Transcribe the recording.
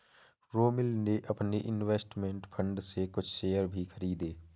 रोमिल ने अपने investment fund से कुछ शेयर भी खरीदे है